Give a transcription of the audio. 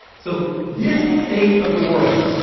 so this state of the world,